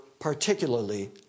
particularly